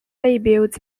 debuts